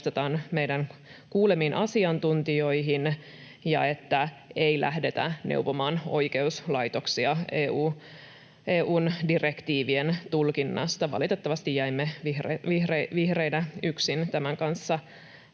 meidän kuulemiin asiantuntijoihin ja että ei lähdetä neuvomaan oikeuslaitoksia EU-direktiivien tulkinnassa. Valitettavasti jäimme vihreinä yksin tämän kanssa